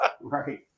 Right